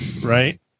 Right